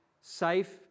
safe